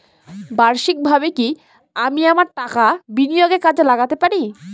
বার্ষিকভাবে কি আমি আমার টাকা বিনিয়োগে কাজে লাগাতে পারি?